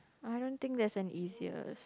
I don't think there's an easiest